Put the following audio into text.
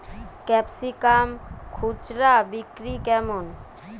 Capsicum খুচরা বিক্রি কেমন?